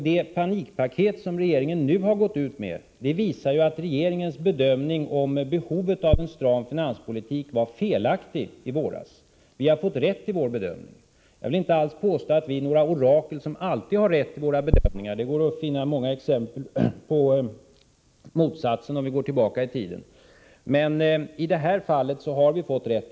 Det panikpaket som regeringen nu har gått ut med visar också att regeringens bedömning av behovet av en stram finanspolitik i våras var felaktig. Vi har däremot fått rätt i vår bedömning. Jag vill inte alls påstå att vi är några orakel som alltid har rätt i våra bedömningar — det går att finna många exempel på motsatsen om vi går tillbaka i tiden — men i detta fall hade vi rätt.